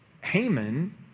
Haman